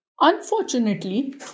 Unfortunately